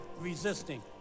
Resisting